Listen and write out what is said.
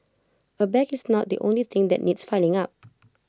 A bag is not the only thing that needs filling up